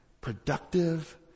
productive